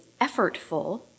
effortful